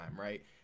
right